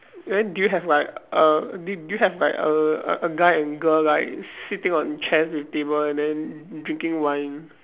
then do you have like a do do you have like a a guy and girl like sitting on chairs with table and then drinking wine